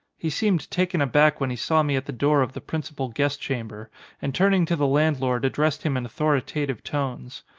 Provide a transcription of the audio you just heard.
he seemed taken aback when he saw me at the door of the principal guest chamber and turning to the landlord addressed him in authoritative tones.